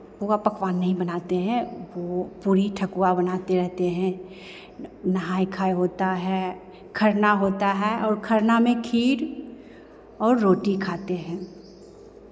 पुआ पकवान नहीं बनाते हैं पूड़ी ठकुआ बनाते रहते हैं नहाय खाय होता है खरना होता है और खरना में खीर और रोटी खाते हैं